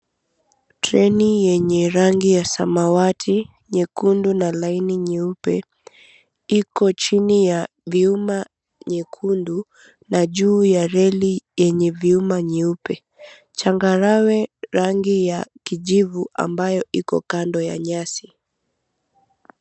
Treni yenye rangi ya samawati, nyekundu na laini nyeupe iko chini ya vyuma nyekundu na juu ya reli yenye vyuma nyeupe. Changarawe rangi ya kijivu ambayo iko kando ya nyasi.